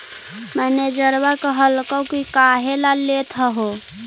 मैनेजरवा कहलको कि काहेला लेथ हहो?